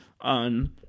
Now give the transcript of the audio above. on